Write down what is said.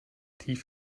tief